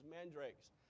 mandrakes